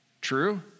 True